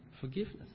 forgiveness